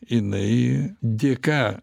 jinai dėka